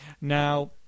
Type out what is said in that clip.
Now